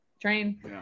train